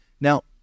Now